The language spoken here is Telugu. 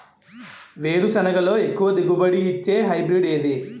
వేరుసెనగ లో ఎక్కువ దిగుబడి నీ ఇచ్చే హైబ్రిడ్ ఏది?